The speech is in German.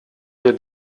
wir